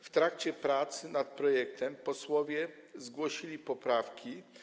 W trakcie prac nad projektem posłowie zgłosili poprawki.